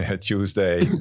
Tuesday